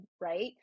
right